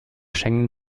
schengen